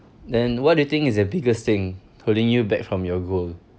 then what do you think is the biggest thing holding you back from your goal